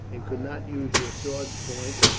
and could not use your sword's point,